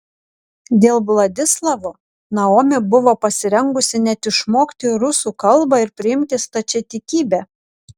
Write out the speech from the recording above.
dėl vladislavo naomi buvo pasirengusi net išmokti rusų kalbą ir priimti stačiatikybę